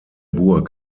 burg